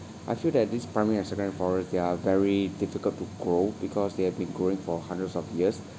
I feel that this primary and secondary forests they are very difficult to grow because they have been growing for hundreds of years